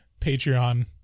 Patreon